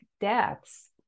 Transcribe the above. deaths